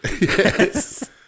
Yes